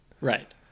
Right